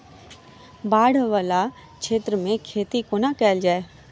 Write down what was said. बाढ़ वला क्षेत्र मे खेती कोना कैल जाय?